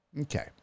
Okay